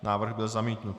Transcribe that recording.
Návrh byl zamítnut.